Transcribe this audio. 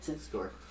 score